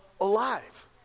alive